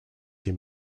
him